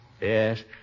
Yes